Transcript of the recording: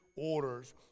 orders